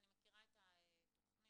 אני מכירה את התוכנית.